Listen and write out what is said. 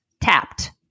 tapped